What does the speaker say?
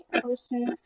person